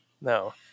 no